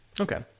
Okay